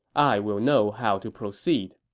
i will know how to proceed